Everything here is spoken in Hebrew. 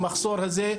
המחסור הזה,